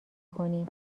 کنیم